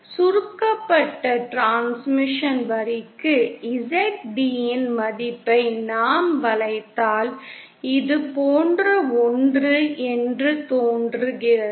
சுருக்கப்பட்ட டிரான்ஸ்மிஷன் வரிக்கு Zd இன் மதிப்பை நாம் வளைத்தால் இது போன்ற ஒன்று என்று தோன்றுகிறது